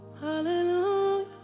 hallelujah